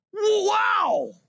wow